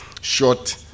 short